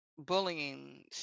bullying